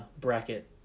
bracket